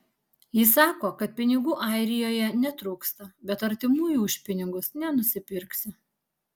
ji sako kad pinigų airijoje netrūksta bet artimųjų už pinigus nenusipirksi